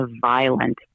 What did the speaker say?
violent